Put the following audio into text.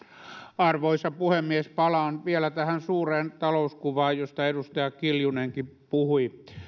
arvoisa puhemies palaan vielä tähän suureen talouskuvaan josta edustaja kiljunenkin puhui